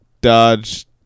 Dodge